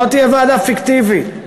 ולא תהיה ועדה פיקטיבית.